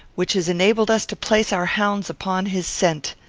which has enabled us to place our hounds upon his scent.